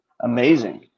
amazing